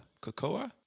Cocoa